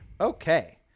Okay